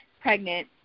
pregnant